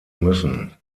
müssen